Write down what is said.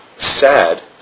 sad